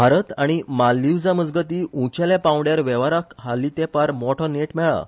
भारत आनी मालदिवामजगती उंचेल्या पांवड्यार वेव्हाराक हालींतेंपार मोठो नेट मेळ्ळा